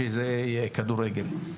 שזה הכדורגל.